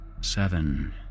Seven